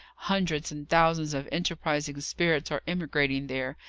hundreds and thousands of enterprising spirits are emigrating there,